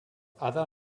other